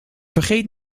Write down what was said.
vergeet